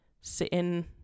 sitting